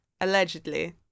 allegedly